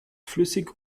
flüssig